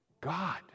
God